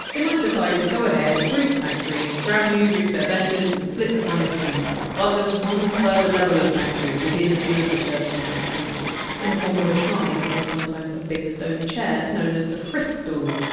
they might decide to go ahead and breach sanctuary, grab you and wreak their vengeance and split the fine between them. but there was one further level of sanctuary within a few of the churches and cathedral, in the form of a shrine, or sometimes a big stone chair known as the frith stool,